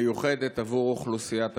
מיוחדת עבור אוכלוסיית הקשישים?